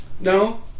No